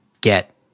get